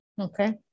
Okay